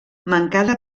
mancada